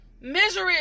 misery